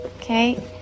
okay